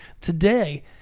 today